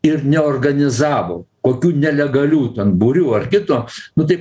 ir neorganizavo kokių nelegalių ten būrių ar kito nu tai